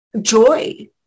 joy